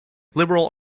liberal